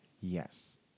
Yes